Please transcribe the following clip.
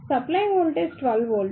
supply voltage 12 volt